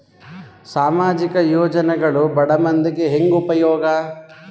ಸಾಮಾಜಿಕ ಯೋಜನೆಗಳು ಬಡ ಮಂದಿಗೆ ಹೆಂಗ್ ಉಪಯೋಗ?